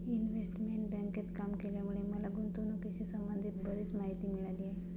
investment बँकेत काम केल्यामुळे मला गुंतवणुकीशी संबंधित बरीच माहिती मिळाली आहे